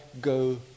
go